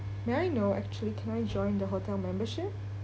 may I know actually can I join the hotel membership